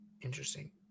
Interesting